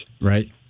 Right